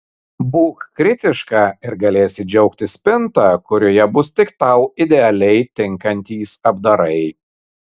būk kritiška ir galėsi džiaugtis spinta kurioje bus tik tau idealiai tinkantys apdarai